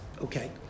Okay